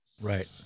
Right